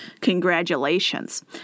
Congratulations